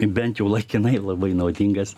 bent jau laikinai labai naudingas